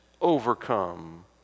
overcome